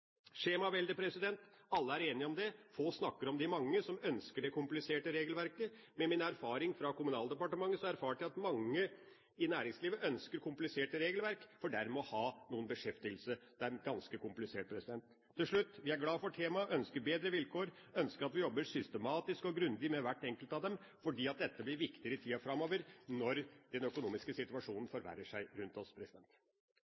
Skjemaveldet – alle er enige om det , få snakker om de mange som ønsker det kompliserte regelverket. Min erfaring fra Kommunaldepartementet er at mange i næringslivet ønsker kompliserte regelverk for dermed å ha noen beskjeftigelser. Det er ganske komplisert. Til slutt: Vi er glad for temaet, vi ønsker bedre vilkår, vi ønsker at vi jobber systematisk og grundig med hvert enkelt av dem, for dette blir viktigere i tida framover, når den økonomiske situasjonen